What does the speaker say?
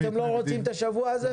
אתם לא רוצים את השבוע הזה?